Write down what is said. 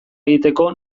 egiteko